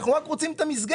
אנחנו רק רוצים את המסגרת.